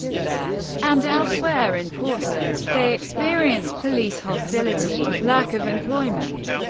there and elsewhere in portland, they experienced police hostility, lack of employment,